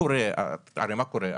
הרי מה קורה?